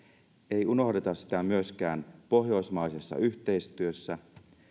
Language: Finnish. ei unohdeta sitä myöskään pohjoismaisessa yhteistyössä